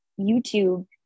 YouTube